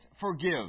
forgive